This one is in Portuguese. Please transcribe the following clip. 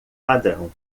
padrão